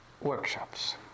workshops